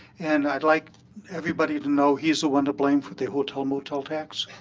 and i'd like everybody to know he's the one to blame for the hotel motel tax.